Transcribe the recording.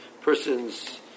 person's